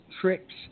tricks